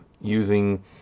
using